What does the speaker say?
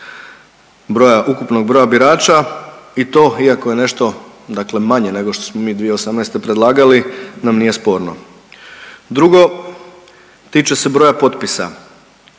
broja, ukupnog broja birača i to ako je nešto dakle manje nego što smo mi 2018. predlagali nam nije sporno. Drugo tiče se broja potpisa.